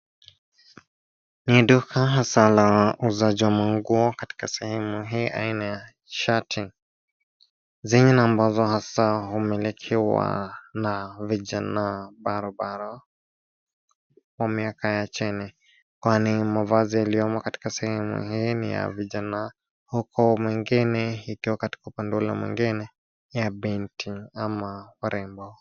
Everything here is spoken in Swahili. Ni duka hasa la uuzaji wa manguo katika sehemu hii aina ya shati zenye na ambazo hasa humilikiwa na vijana barobaro wa miaka ya chini. Kwani mavazi yaliyomo katika sehemu hii ni ya vijana huku mwingine ikiwa katika upande ule mwingine ya binti ama warembo.